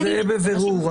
זה בבירור,